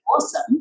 awesome